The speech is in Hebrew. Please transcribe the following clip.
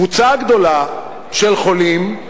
קבוצה גדולה של חולים,